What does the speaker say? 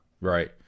Right